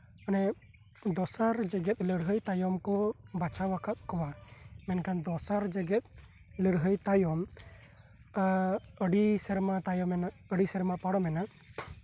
ᱢᱟᱱᱮ ᱫᱚᱥᱟᱨ ᱡᱮᱜᱮᱫ ᱞᱟᱹᱲᱦᱟᱹᱭ ᱛᱟᱭᱚᱢ ᱠᱚ ᱵᱟᱪᱷᱟᱣ ᱟᱠᱟᱫ ᱠᱚᱣᱟ ᱢᱮᱱᱠᱷᱟᱱ ᱫᱚᱥᱟᱨ ᱡᱮᱜᱮᱫ ᱞᱟᱹᱲᱦᱟᱹᱭ ᱛᱟᱭᱚᱢ ᱮᱸᱫ ᱟᱹᱰᱤ ᱥᱮᱨᱢᱟ ᱛᱟᱭᱚᱢᱮᱱᱟ ᱮᱸᱫ ᱟᱹᱰᱤ ᱥᱮᱨᱢᱟ ᱯᱟᱨᱚᱢᱮᱱᱟ